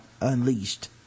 unleashed